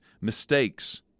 mistakes